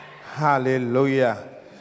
Hallelujah